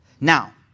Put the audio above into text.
Now